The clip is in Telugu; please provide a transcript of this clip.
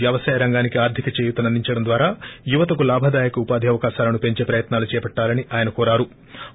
వ్యవసాయ రంగానికి ఆర్థిక చేయూతనందించడం ద్వారా యువతకు లాభాదాయక ఉపాధి అవకాశాలను పెంచే ప్రయత్నాలు చేపట్టాలని ఆయన కోరారు